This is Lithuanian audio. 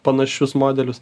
panašius modelius